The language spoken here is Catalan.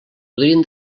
podien